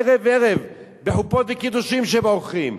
ערב-ערב בחופות וקידושים שהם עורכים.